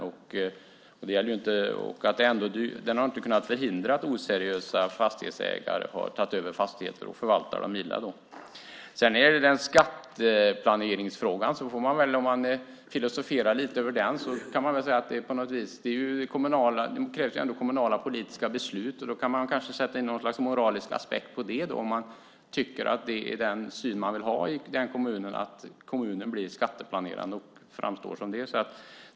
Den har inte kunnat förhindra att oseriösa fastighetsägare har tagit över fastigheter och förvaltar dem illa. I skatteplaneringsfrågan kan man, om vi vill filosofera över den, säga att det ändå krävs kommunala politiska beslut. Då kan vi kanske ha en moralisk aspekt på frågan om man tycker att man vill att kommunen blir skatteplanerande och framstår som sådan.